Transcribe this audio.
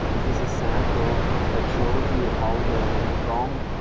this is a sample that shows you how the prong,